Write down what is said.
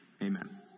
Amen